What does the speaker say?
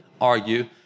argue